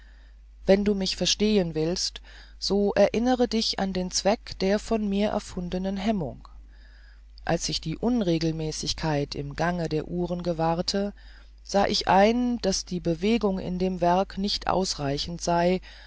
wenn du mich verstehen willst so erinnere dich an den zweck der von mir erfundenen hemmung als ich die unregelmäßigkeit im gange der uhren gewahrte sah ich ein daß die bewegung in dem werk nicht ausreichend sei